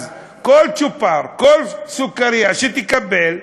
כל צ'ופר, כל סוכרייה שתקבל,